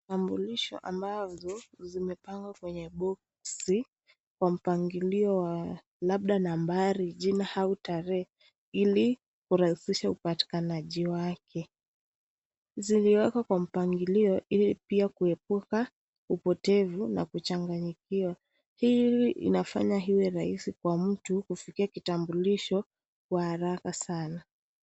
Vitambulisho ambao zimepangwa kwenye (CS) boxi(CS) Kwa mpangilio waa wa labada nambari l, jina au tarehe. ili kurahishisha upatikanaj wake. Ziliwekwa Kwa mpangilio ili pia kuepuka upotevu na kuchanganyikiwa hili inafanya iwe rahisi Kwa mtu ufikie kitambulisho Kwa haraka sana